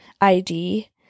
id